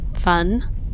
Fun